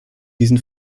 diesen